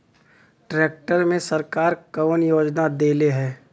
Tractor मे सरकार कवन योजना देले हैं?